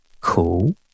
cool